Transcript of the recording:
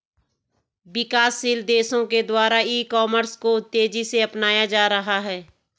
विकासशील देशों के द्वारा ई कॉमर्स को तेज़ी से अपनाया जा रहा है